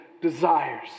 desires